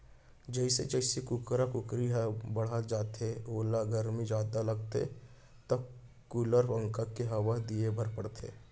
जइसे जइसे कुकरा कुकरी ह बाढ़त जाथे ओला गरमी जादा लागथे त कूलर, पंखा के हवा दिये बर परथे